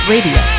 Radio